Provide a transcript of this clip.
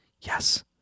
Yes